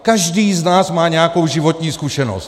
Každý z nás má nějakou životní zkušenost.